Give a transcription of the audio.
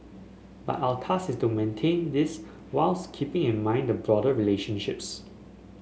but our task is to maintain this whilst keeping in mind the broader relationships